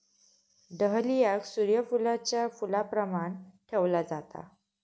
डहलियाक सूर्य फुलाच्या फुलाप्रमाण ठेवला जाता